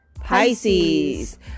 Pisces